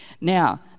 now